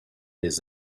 his